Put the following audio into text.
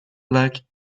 like